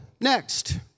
Next